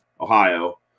Ohio